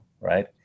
right